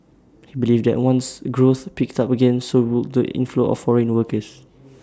he believed that once growth picked up again so would the inflow of foreign workers